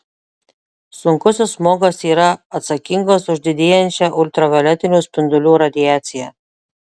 sunkusis smogas yra atsakingas už didėjančią ultravioletinių spindulių radiaciją